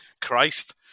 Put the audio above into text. Christ